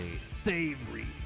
Savory